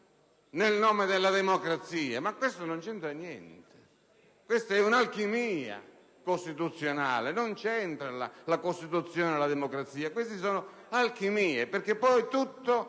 nel nome della democrazia? Questo non c'entra niente! Si tratta di un'alchimia costituzionale, non c'entrano la Costituzione e la democrazia. Sono alchimie,